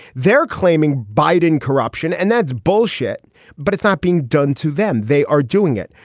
they're claiming biden corruption and that's bullshit but it's not being done to them. they are doing it.